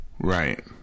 Right